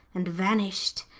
and vanished.